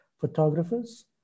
photographers